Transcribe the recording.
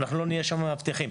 לא נהיה שם מאבטחים.